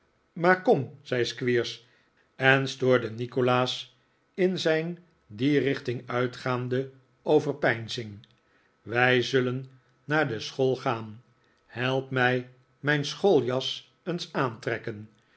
maar kom zei squeers en stoorde nikolaas in zijn die richting uitgaande overpeinzing wij zullen naar de school gaan help mij mijn schooljas eens aantrekken